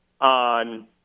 on